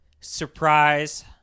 surprise